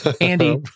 andy